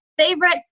favorite